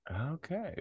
okay